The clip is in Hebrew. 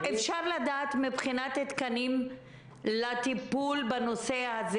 מבחינת תקנים לטיפול בנושא הזה